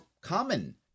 common